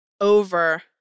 over